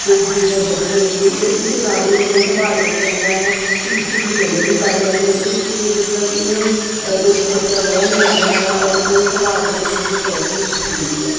ਅਤੇ ਜੇਕਰ ਬੱਚੇ ਦੀ ਜੇ ਇਸ ਨਾੜੂਏ ਨੂੰ ਇੰਨਾ ਸੰਭਾਲ ਕੇ ਰੱਖਿਆ ਜਾਂਦਾ ਹੈ ਕਿ ਕਿਸੇ ਦੀ ਵੀ ਨਜ਼ਰ ਨਹੀਂ ਪਾਈ ਜਾਂਦੀ ਇਹ ਕਿਤੇ ਮਤਲਬ ਇਹਨੂੰ ਜਦੋਂ ਕੋਈ ਬੱਚਾ ਵਿਆਹਿਆ ਨਹੀਂ ਜਾਂਦਾ ਹੈਗਾ ਉਹ ਤਾਂ ਫਿਰ ਸੰਭਾਲ਼ ਕੇ ਰੱਖਣ ਦੀ ਇੱਕ ਰਸਮ ਕੀਤੀ ਜਾਂਦੀ ਹੈ